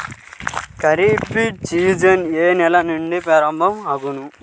Kharif season ఏ నెల నుండి ప్రారంభం అగును?